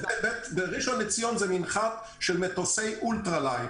בראשון לציון זה מנחת מטוסי אולטרה לייט.